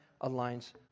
aligns